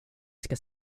ska